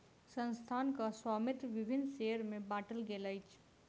संस्थानक स्वामित्व विभिन्न शेयर में बाटल गेल अछि